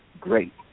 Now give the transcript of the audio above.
great